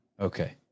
Okay